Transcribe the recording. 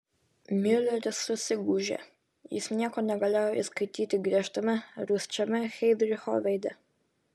miuleris susigūžė jis nieko negalėjo įskaityti griežtame rūsčiame heidricho veide